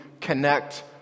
connect